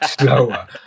slower